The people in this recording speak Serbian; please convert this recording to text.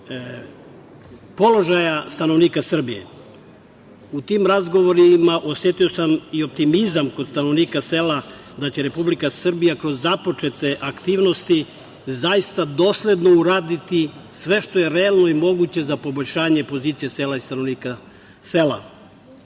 položaja stanovnika Srbije.U tim razgovorima osetio sam i optimizam kod stanovnika sela da će Republika Srbija kroz započete aktivnosti zaista dosledno uraditi sve što je realno i moguće za poboljšanje pozicije sela i stanovnika sela.